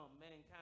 Mankind